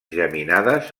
geminades